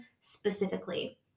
specifically